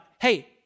hey